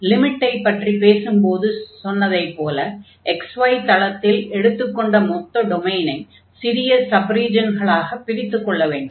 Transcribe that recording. லிமிட்டைப் பற்றி பேசும்போது சொன்னதைப் போல xy தளத்தில் எடுத்துக்கொண்ட மொத்த டொமைனை சிறிய சப் ரீஜன்களாக பிரித்துக் கொள்ள வேண்டும்